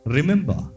Remember